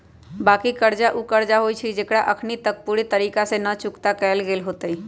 बाँकी कर्जा उ कर्जा होइ छइ जेकरा अखनी तक पूरे तरिका से न चुक्ता कएल गेल होइत